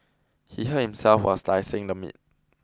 he hurt himself while slicing the meat